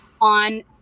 on